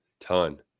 ton